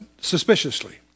suspiciously